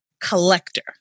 collector